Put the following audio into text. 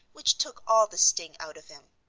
which took all the sting out of him.